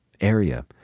area